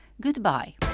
Goodbye